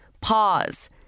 Pause